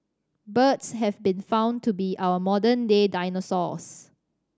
birds have been found to be our modern day dinosaurs